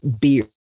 beer